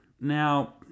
Now